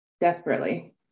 desperately